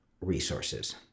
resources